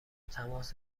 تماس